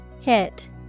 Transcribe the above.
Hit